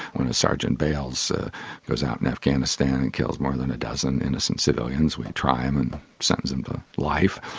when sergeant bales ah goes out in afghanistan and kills more than a dozen innocent civilians, we try him and sentence him to life.